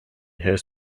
his